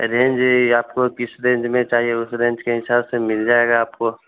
range यही आपको किस रेंज में चाहिए उस रेंज के हिसाब से मिल जाएगा आपको